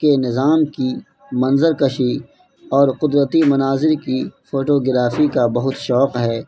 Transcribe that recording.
کے نظام کی منظر کشی اور قدرتی مناظر کی فوٹوگرافی کا بہت شوق ہے